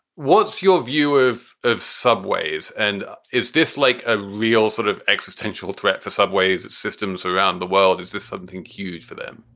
what's your view of of subways? and is this like a real sort of existential threat for subways, systems around the world? is this something huge for them?